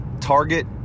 target